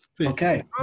Okay